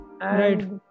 Right